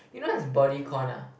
you know what's bodycon ah